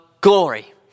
glory